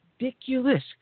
Ridiculous